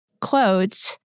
Quotes